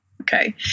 Okay